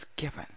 given